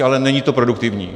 Ale není to produktivní.